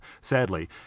sadly